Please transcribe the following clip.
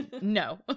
no